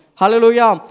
Hallelujah